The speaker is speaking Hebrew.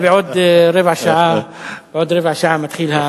בעוד רבע שעה זה מתחיל.